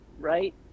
right